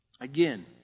Again